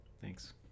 thanks